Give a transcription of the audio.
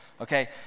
okay